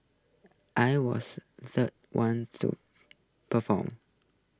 I was the third one to perform